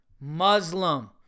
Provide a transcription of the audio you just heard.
Muslim